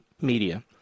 media